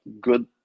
good